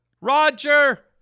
Roger